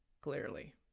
Clearly